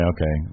Okay